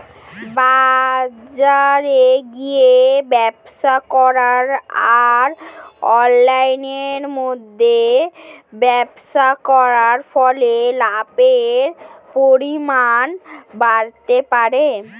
বাজারে গিয়ে ব্যবসা করা আর অনলাইনের মধ্যে ব্যবসা করার ফলে লাভের পরিমাণ বাড়তে পারে?